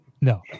no